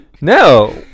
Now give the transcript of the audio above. No